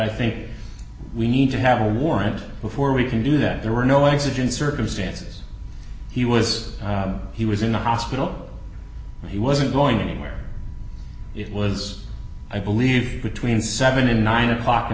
i think we need to have a warrant before we can do that there were no exit in circumstances he was he was in the hospital and he wasn't going anywhere it was i believe between seven and nine o'clock in